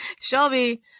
Shelby